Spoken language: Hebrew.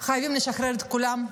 חייבים לשחרר את כולם,